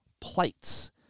plates